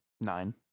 nine